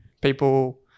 People